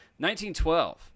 1912